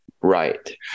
Right